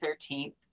13th